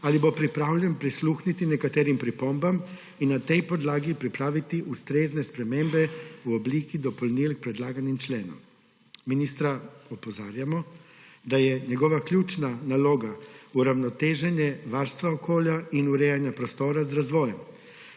ali bo pripravljen prisluhniti nekaterim pripombam in na tej podlagi pripraviti ustrezne spremembe v obliki dopolnil k predlaganim členom. Ministra opozarjamo, da je njegova ključna naloga uravnoteženje varstva okolja in urejanje prostora z razvojem.